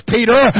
Peter